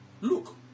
look